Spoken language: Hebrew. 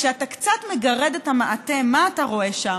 כשאתה קצת מגרד את המעטה, מה אתה רואה שם?